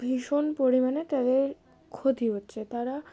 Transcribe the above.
ভীষণ পরিমাণে তাদের ক্ষতি হচ্ছে তারা